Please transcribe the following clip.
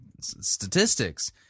statistics